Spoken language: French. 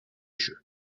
jeux